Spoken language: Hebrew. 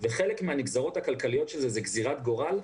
וחלק מן הנגזרות הכלכליות של זה הן גזרות גורל,